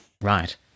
Right